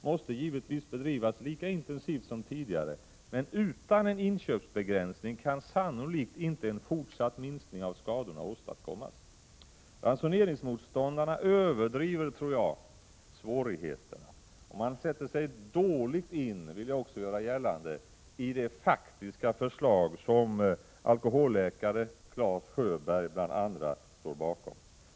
måste givetvis bedrivas lika intensivt som tidigare. Men utan en inköpsbegränsning kan sannolikt inte en fortsatt minskning av skadorna åstadkommas. Ransoneringsmotståndarna överdriver enligt min mening svårigheterna. Man sätter sig dåligt in i det faktiska förslag som bl.a. alkoholläkaren Claes Sjöberg står bakom.